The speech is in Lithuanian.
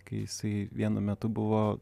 kai jisai vienu metu buvo